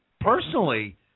personally –